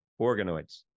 organoids